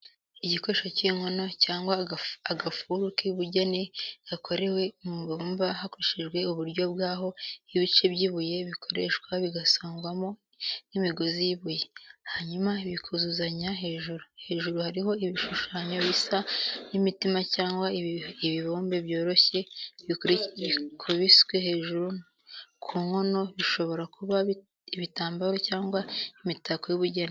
Igikoresho cy’inkono cyangwa agafuru k’ubugeni gakorewe mu ibumba hakoreshejwe uburyo bw'aho ibice by’ibuye bikoreshwa bigasongwamo nk’imigozi y’ibuye, hanyuma bikuzuzanya hejuru. Hejuru hariho ibishushanyo bisa n’imitima cyangwa ibibumbe byoroshye bikubiswe hejuru ku nkono, bishobora kuba ibitambaro cyangwa imitako y’ubugeni.